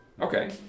Okay